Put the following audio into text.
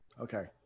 Okay